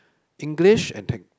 English and tech